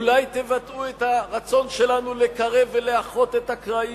אולי תבטאו את הרצון שלנו לקרב ולאחות את הקרעים,